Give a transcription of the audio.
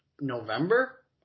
November